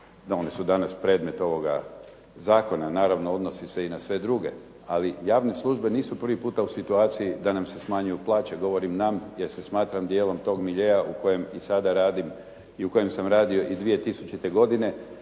one su danas predmet ovoga zakona, naravno odnosi se i na sve druge ali javne službe nisu prvi puta u situaciji da nam se smanjuju plaće. Govorim nam jer se smatram dijelom tog miljea u kojem i sada radim i u kojem sam radio i 2000. godine